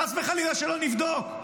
חס וחלילה, לא נבדוק.